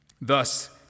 Thus